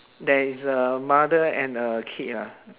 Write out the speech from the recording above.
there is a mother and a kid ah